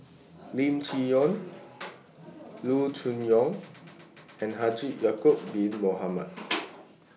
Lim Chee Onn Loo Choon Yong and Haji Ya'Acob Bin Mohamed